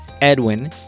edwin